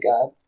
God